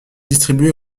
distribuée